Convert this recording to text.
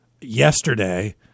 yesterday